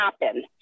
happen